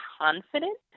confident